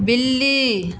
बिल्ली